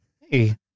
hey